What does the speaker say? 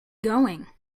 going